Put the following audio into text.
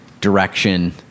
direction